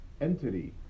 entity